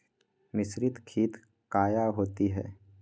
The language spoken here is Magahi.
मिसरीत खित काया होती है?